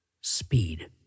Speed